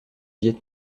viêt